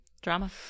Drama